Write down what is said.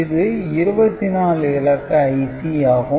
இது 24 இலக்க IC ஆகும்